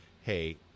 hey